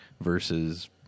versus